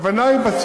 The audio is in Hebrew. חד-משמעית.